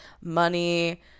money